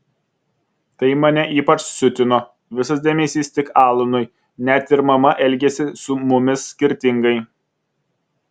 tai mane ypač siutino visas dėmesys tik alanui net ir mama elgėsi su mumis skirtingai